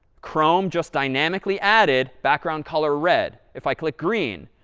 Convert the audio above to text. chrome just dynamically added background-color red. if i click green,